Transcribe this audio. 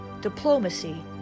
diplomacy